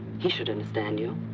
he should understand you.